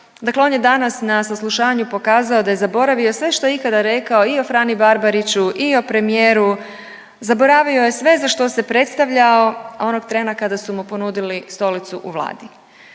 Dakle, on je danas na saslušanju pokazao da je zaboravio sve što je ikada rekao i o Frani Barbariću i o premijeru, zaboravio je sve za što se predstavljao onog trena kada su mu ponudili stolicu u Vladi